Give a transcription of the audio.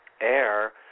Air